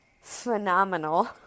phenomenal